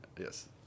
Yes